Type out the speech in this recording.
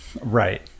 Right